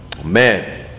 Amen